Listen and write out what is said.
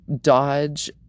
dodge